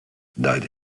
died